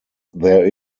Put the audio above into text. there